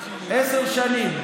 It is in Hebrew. עשר שנים.